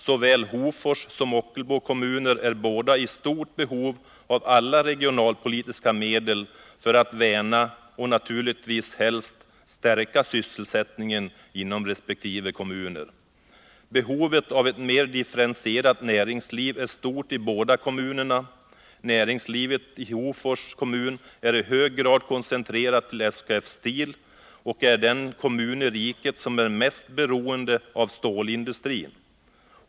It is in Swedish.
Såväl Hofors som Ockelbo kommuner är i stort behov av alla regionalpolitiska medel för att värna och naturligtvis helst stärka sysselsättningen inom resp. kommuner. Behovet av ett mer differentierat näringsliv är stort i båda kommunerna. Näringslivet i Hofors kommun är i hög grad koncentrerat till SKF Steel, och Hofors är den kommun i riket som är mest beroende av stålindustrin.